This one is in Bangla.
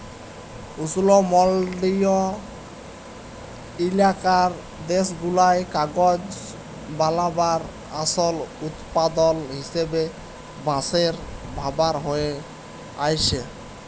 উস্লমলডলিয় ইলাকার দ্যাশগুলায় কাগজ বালাবার আসল উৎপাদল হিসাবে বাঁশের ব্যাভার হঁয়ে আইসছে